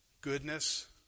goodness